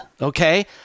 Okay